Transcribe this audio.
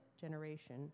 generation